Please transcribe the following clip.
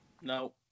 No